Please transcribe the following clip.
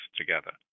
together